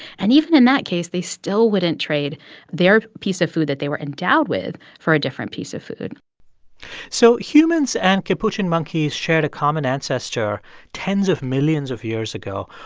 and even in that case, they still wouldn't trade their piece of food that they were endowed with for a different piece of food so humans and capuchin monkeys shared a common ancestor tens of millions of years ago.